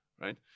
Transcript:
Right